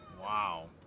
Wow